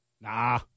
nah